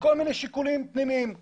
מכל מיני שיקולים פנימיים שלהם,